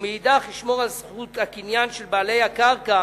ומאידך ישמור על זכות הקניין של בעלי הקרקע